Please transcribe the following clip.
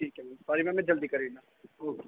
ठीक ऐ sorry ma'am ठीक ऐ में जल्दी करी दिन्नां ओके